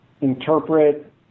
interpret